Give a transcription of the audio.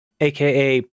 aka